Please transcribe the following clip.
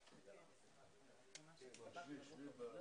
10:45.